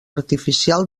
artificial